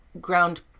ground